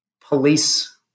police